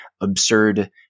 absurd